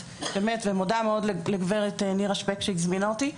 ואני מודה מאוד לגב' נירה שפק שעוזרת לי.